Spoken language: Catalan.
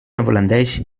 ablaneix